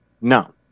No